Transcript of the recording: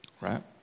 Right